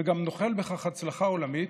וגם נוחל בכך הצלחה עולמית,